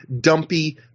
dumpy